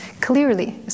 clearly